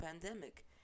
pandemic